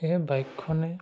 সেয়েহে বাইকখনে